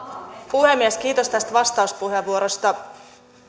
puhemies kiitos tästä vastauspuheenvuorosta